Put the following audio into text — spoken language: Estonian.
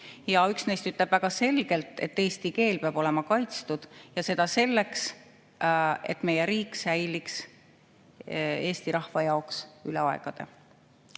Üks neist ütleb väga selgelt, et eesti keel peab olema kaitstud ja seda selleks, et meie riik säiliks Eesti rahva jaoks üle aegade.30